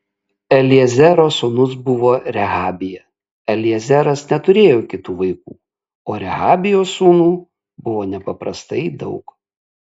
eliezero sūnus buvo rehabija eliezeras neturėjo kitų vaikų o rehabijos sūnų buvo nepaprastai daug